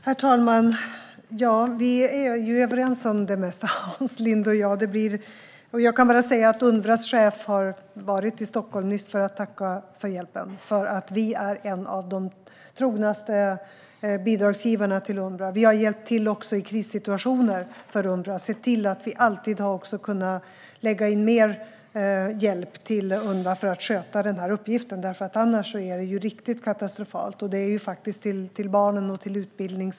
Herr talman! Vi är överens om det mesta, Hans Linde och jag. Jag kan bara säga att Unrwas chef var i Stockholm nyligen för att tacka för hjälpen, för vi är en av de trognaste bidragsgivarna till Unrwa. Vi har även hjälpt till i krissituationer för Unrwa. Vi har sett till att vi alltid kan lägga in mer hjälp till Unrwa för att sköta den uppgiften. Annars är det nämligen riktigt katastrofalt, och hjälpen går faktiskt till barnen och till utbildning.